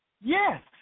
Yes